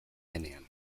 denean